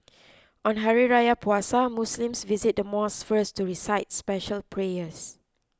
on Hari Raya Puasa Muslims visit the mosque first to recite special prayers